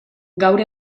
gaur